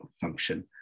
function